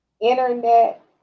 internet